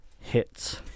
hits